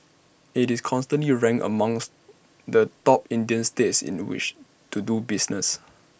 IT is consistently A ranks amongst the top Indian states in the which to do business